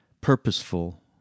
purposeful